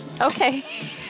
okay